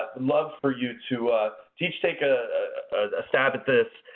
love for you to each take a stab at this.